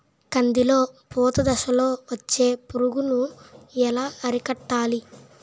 కందిలో పూత దశలో వచ్చే పురుగును ఎలా అరికట్టాలి?